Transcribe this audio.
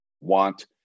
want